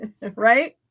right